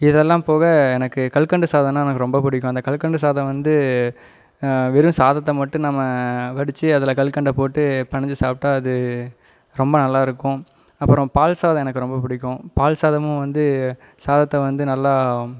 இதெல்லாம் போக எனக்கு கல்கண்டு சாதன்னா எனக்கு ரொம்ப பிடிக்கும் அந்த கல்கண்டு சாதம் வந்து வெறும் சாதத்தை மட்டும் நம்ம வடிச்சு அதில் கல்கண்டை போட்டு பினஞ்சி சாப்பிட்டா அது ரொம்ப நல்லா இருக்கும் அப்புறோம் பால் சாதம் எனக்கு ரொம்ப பிடிக்கும் பால் சாதமும் வந்து சாதத்தை வந்து நல்லா